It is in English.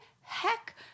heck